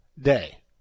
day